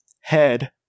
head